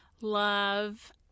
love